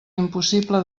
impossible